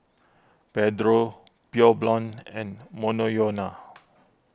Pedro Pure Blonde and Monoyono